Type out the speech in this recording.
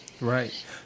Right